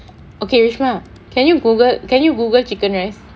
okay reshma can you Google can you Google chicken rice